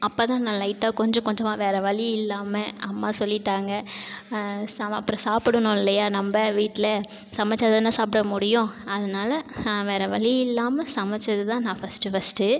அப்போ தான் நான் லைட்டாக கொஞ்சம் கொஞ்சமாக வேறே வழி இல்லாமல் அம்மா சொல்லிவிட்டாங்க சவா அப்றம் சாப்பிடணும் இல்லையா நம்ப வீட்டில் சமைச்சா தானே சாப்பிட முடியும் அதனால் வேறே வழியில்லாம சமைச்சது தான் நான் ஃபர்ஸ்ட் ஃபர்ஸ்ட்